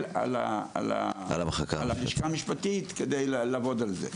על המחלקה המשפטית כדי לעבוד על זה.